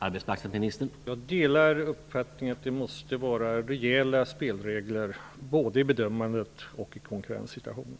Herr talman! Jag delar uppfattningen att det måste vara rejäla spelregler både vid bedömandet och i konkurrenssituationen.